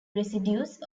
residues